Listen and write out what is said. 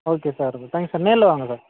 okay sir thanks sir நேரில் வாங்க sir